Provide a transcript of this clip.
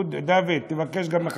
דוד, תבקש גם מהחברים,